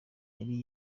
yari